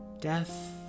death